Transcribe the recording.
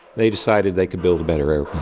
they decided they could build a better